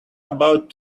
about